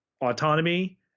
autonomy